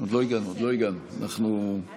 חבריי חברי הכנסת, אנחנו דנים